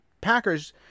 Packers